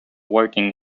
working